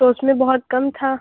تو اُس میں بہت کم تھا